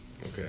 Okay